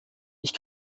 ich